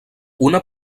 una